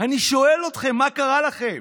אני שואל אתכם: מה קרה לכם?